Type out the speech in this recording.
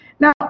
Now